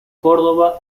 córdoba